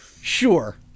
Sure